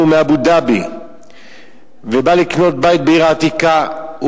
מאבו-דאבי בא לקנות בית בעיר העתיקה,